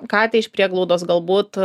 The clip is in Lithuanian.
katę iš prieglaudos galbūt